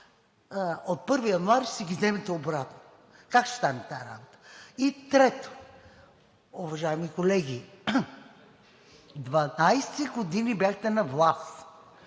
от 1 януари ще си ги вземете обратно? Как ще стане тази работа?! Трето, уважаеми колеги, 12 години бяхте на власт